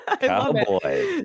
Cowboy